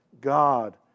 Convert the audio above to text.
God